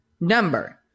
number